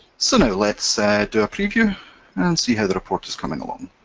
so now let's do a preview and see how the report is coming along.